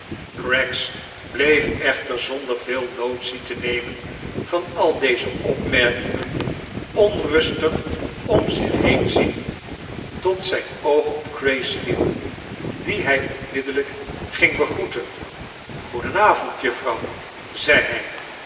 craggs bleef echter zonder veel notitie te nemen van al deze oprneirkingen omrustig om zich heen zien tot zijn oog op grace viel die hij onmiddellijk ging begroeten goedea avond juffrouw zei hij